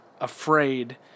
afraid